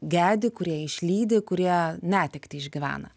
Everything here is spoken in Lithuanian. gedi kurie išlydi kurie netektį išgyvena